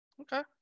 Okay